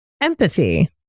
empathy